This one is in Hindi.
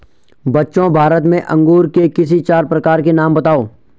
बच्चों भारत में अंगूर के किसी चार प्रकार के नाम बताओ?